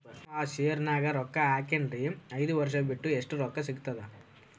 ನಾನು ಆ ಶೇರ ನ್ಯಾಗ ರೊಕ್ಕ ಹಾಕಿನ್ರಿ, ಐದ ವರ್ಷ ಬಿಟ್ಟು ಎಷ್ಟ ರೊಕ್ಕ ಸಿಗ್ತದ?